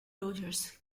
rogers